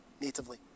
natively